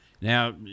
Now